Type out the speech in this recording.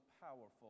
powerful